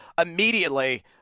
immediately